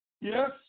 Yes